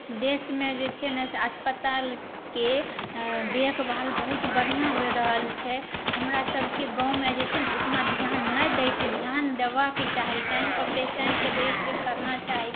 देशमे जे छै ने से अस्पतालके देखभाल बहुत बढ़िऑं होइ रहल छै हमरा सबके गाँवमे जे छै ने से उतना ध्यान नहि दै छै ध्यान देबाके चाही टाइम पर पेशेन्टके देखरेख करना चाही